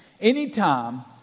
anytime